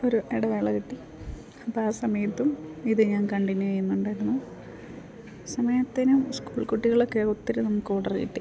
ഒരു ഇടവേള കിട്ടി അപ്പം ആ സമയത്തും ഇത് ഞാൻ കണ്ടിന്യൂ ചെയ്യുന്നുണ്ടായിരുന്നു സമയത്തിനും സ്കൂൾ കുട്ടികളൊക്കെ ഒത്തിരി നമുക്ക് ഓഡറ് കിട്ടി